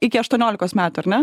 iki aštuoniolikos metų ar ne